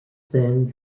then